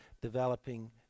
developing